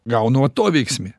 gaunu atoveiksmį